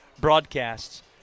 broadcasts